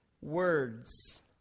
words